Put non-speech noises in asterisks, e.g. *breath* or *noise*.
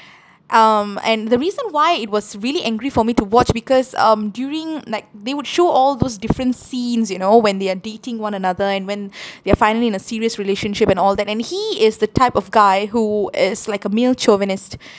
um and the reason why it was really angry for me to watch because um during like they would show all those different scenes you know when they are dating one another and when *breath* they are finally in a serious relationship and all that and he is the type of guy who is like a male chauvinist